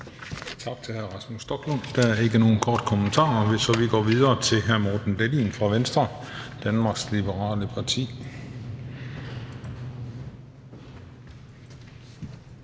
Tak til hr. Rasmus Stoklund. Der er ikke nogen korte bemærkninger, så vi går videre til hr. Morten Dahlin fra Venstre, Danmarks Liberale Parti.